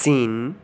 চীন